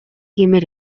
гэмээр